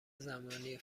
زمانی